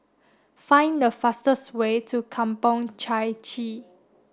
find the fastest way to Kampong Chai Chee